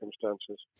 circumstances